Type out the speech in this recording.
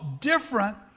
different